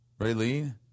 Raylene